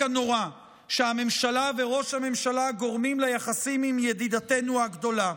הנורא שהממשלה וראש הממשלה גורמים ליחסים עם ידידתנו הגדולה.